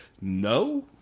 No